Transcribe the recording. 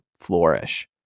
flourish